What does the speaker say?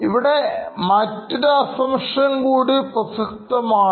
ഇവിടെ മറ്റൊരു Assumption കൂടി പ്രസക്തമാണ്